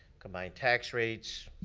combined tax rates.